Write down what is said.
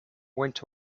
went